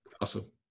Awesome